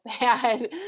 bad